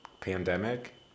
pandemic